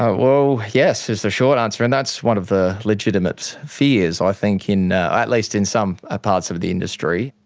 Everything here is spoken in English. yes is the short answer and that's one of the legitimate fears i think, you know at least in some ah parts of the industry.